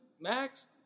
max